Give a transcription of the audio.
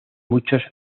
muchos